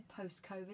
post-COVID